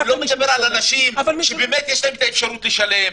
----- ולא על אנשים שבאמת יש להם את האפשרות לשלם,